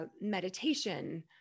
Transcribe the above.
meditation